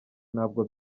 ntabwo